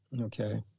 Okay